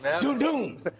Doom-doom